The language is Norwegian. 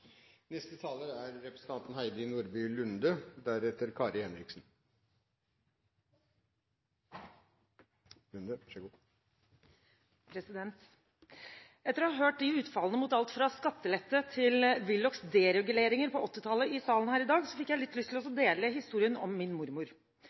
Etter å ha hørt utfallene mot alt fra skattelette til Willochs dereguleringer på 1980-tallet i salen her i dag, fikk jeg litt lyst til